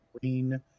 green